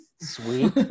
sweet